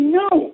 no